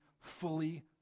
fully